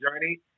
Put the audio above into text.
journey